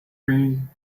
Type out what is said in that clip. reading